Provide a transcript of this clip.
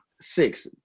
six